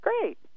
great